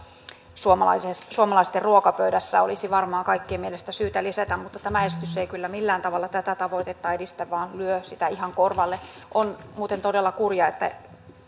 suomalaisten ruokapöydässä olisi varmaan kaikkien mielestä syytä lisätä mutta tämä esitys ei kyllä millään tavalla tätä tavoitetta edistä vaan lyö sitä ihan korvalle on muuten todella kurjaa että